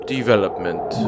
Development